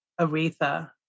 Aretha